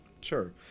Sure